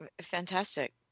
Fantastic